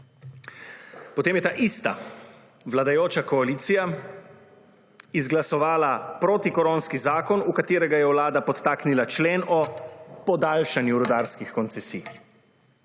Potem je ta ista vladajoča koalicija izglasovala protikoronski zakon, v katerega je Vlada podtaknila člen o podaljšanju rudarskih koncesij.